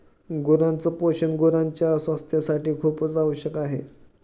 गुरांच पोषण गुरांच्या स्वास्थासाठी खूपच आवश्यक आहे